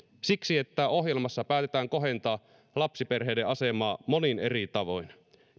siksi että ohjelmassa päätetään kohentaa lapsiperheiden asemaa monin eri tavoin